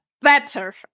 better